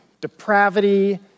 depravity